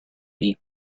eat